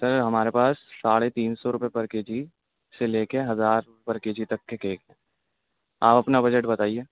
سر ہمارے پاس ساڑھے تین سو روپئے پر کے جی سے لے کے ہزار روپئے پر کے جی تک کے کیک ہیں آپ اپنا بجٹ بتائیے